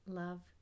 love